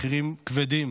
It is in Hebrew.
מחירים כבדים